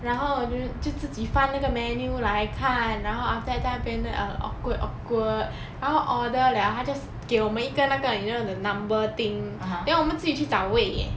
然后就自己翻那个 menu 那来看然后 after that 在那边很 awkward awkward 然后 order liao 他 just 给我们一个那个 you know the number thing then 我们自己去找位 leh